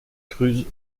cruz